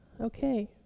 Okay